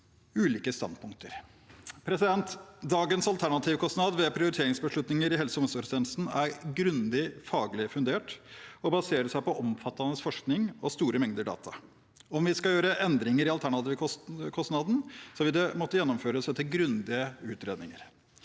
ulike standpunkter. Dagens alternativkostnad ved prioriteringsbeslutninger i helse- og omsorgstjenesten er grundig faglig fundert og baserer seg på omfattende forskning og store mengder data. Om vi skal gjøre endringer i alternativkostnaden, vil det måtte gjennomføres etter grundige utredninger.